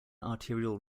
arterial